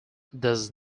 thus